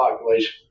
population